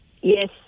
Yes